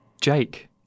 Jake